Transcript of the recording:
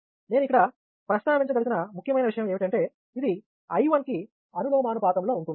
నేను ఇక్కడ ప్రస్తావించదలిచిన ముఖ్యమైన విషయం ఏమిటంటే ఇది I 1 కి అనులోమానుపాతంలో ఉంటుంది